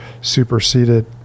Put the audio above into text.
superseded